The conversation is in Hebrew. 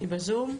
היא בזום?